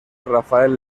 rafael